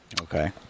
Okay